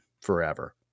forever